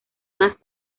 más